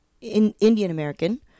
indian-american